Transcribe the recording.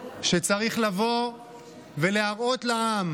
שצריך לבוא ולהראות לעם